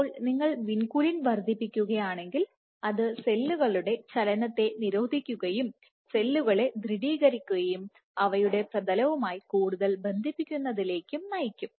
അപ്പോൾ നിങ്ങൾ വിൻകുലിൻവർദ്ധിപ്പിക്കുകയാണെങ്കിൽ അത് സെല്ലുകളുടെ ചലനത്തെ നിരോധിക്കുകയും സെല്ലുകളെ ദൃഢീകരിക്കുകയും അവയുടെ പ്രതലവുമായി കൂടുതൽ ബന്ധിപ്പിക്കുന്നതിലേക്കും നയിക്കും